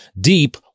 deep